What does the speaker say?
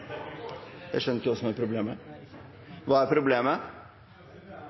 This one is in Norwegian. Jeg skjønner ikke hva som er problemet. Hva er problemet?